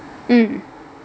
mm